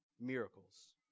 miracles